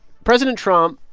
president trump,